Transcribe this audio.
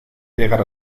llegar